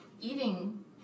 eating